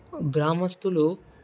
గ్రామస్తులు